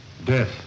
Death